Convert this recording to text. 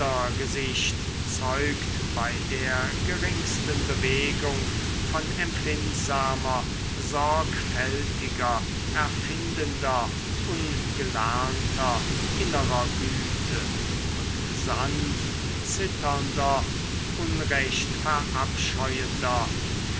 vordergesicht zeugt bei der geringsten bewegung von empfindsamer sorgfältiger erfindender ungelernter innerer güte und sanft zitternder unrecht verabscheuender